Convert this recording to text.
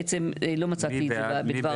בעצם לא מצאתי את זה בדבר החוק.